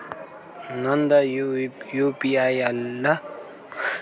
ನಂದ್ U P I ಇಲ್ಲ ಅಂದುರ್ನು ಯು.ಪಿ.ಐ ಇಂದ್ ಡೈರೆಕ್ಟ್ ಅಕೌಂಟ್ಗ್ ರೊಕ್ಕಾ ಹಕ್ಲಕ್ ಬರ್ತುದ್